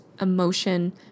emotion